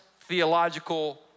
theological